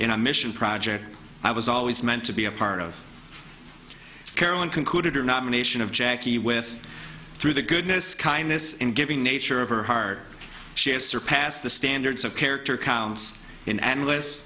a mission project i was always meant to be a part of carolyn concluded her nomination of jackie with through the goodness kindness and giving nature of her heart she has surpassed the standards of character counts in endless